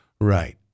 Right